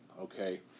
Okay